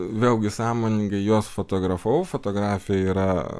vėlgi sąmoningai juos fotografavau fotografija yra